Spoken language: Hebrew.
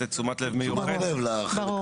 תשומת לב מיוחדת --- תשומת לב לחלק החופי.